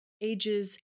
ages